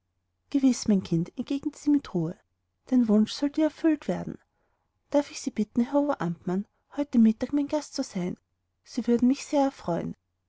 gewiß mein kind entgegnete sie mit ruhe dein wunsch soll dir erfüllt werden darf ich sie bitten herr oberamtmann heute mittag mein gast zu sein sie würden mich sehr erfreuen